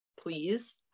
Please